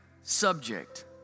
subject